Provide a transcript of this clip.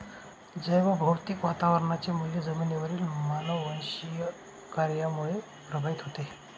जैवभौतिक वातावरणाचे मूल्य जमिनीवरील मानववंशीय कार्यामुळे प्रभावित होते